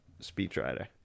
speechwriter